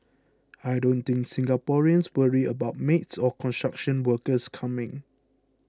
I don't think Singaporeans worry about maids or construction workers coming